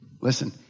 Listen